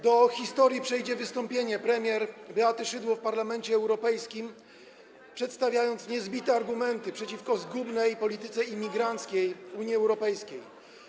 Do historii przejdzie wystąpienie premier Beaty Szydło w Parlamencie Europejskim przedstawiające niezbite argumenty przeciwko zgubnej polityce imigranckiej Unii Europejskiej.